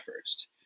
first